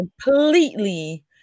completely